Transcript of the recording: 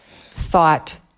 thought